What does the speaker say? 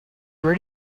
where